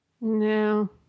no